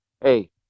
Hey